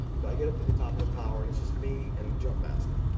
i get up to the top of the tower, and it's just me and the jump master.